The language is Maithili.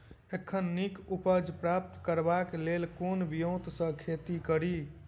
एखन नीक उपज प्राप्त करबाक लेल केँ ब्योंत सऽ खेती कड़ी?